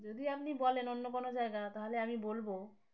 যদি আপনি বলেন অন্য কোনো জায়গা তাহলে আমি বলবো